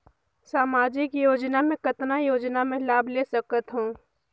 समाजिक योजना मे कतना योजना मे लाभ ले सकत हूं?